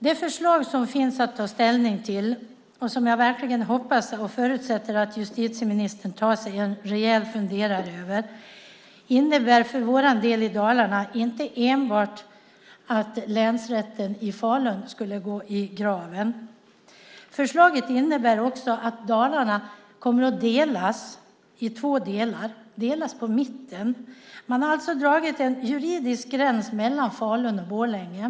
Det förslag som finns att ta ställning till, och som jag hoppas och förutsätter att justitieministern tar sig en rejäl funderare över, innebär för Dalarnas del inte enbart att länsrätten i Falun går i graven. Förslaget innebär också att Dalarna kommer att delas på mitten i två delar. Man har alltså dragit en juridisk gräns mellan Falun och Borlänge.